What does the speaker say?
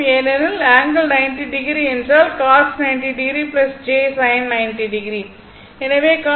ஏனெனில் ∠90o என்றால் cos 90 o j sin 90o